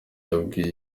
yabwiye